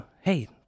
hey